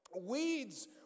Weeds